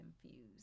confused